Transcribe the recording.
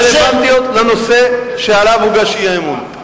הרלוונטיות לנושא שעליו הוגש האי-אמון.